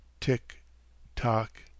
tick-tock